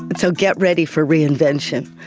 but so get ready for reinvention.